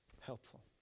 helpful